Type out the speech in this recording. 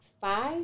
five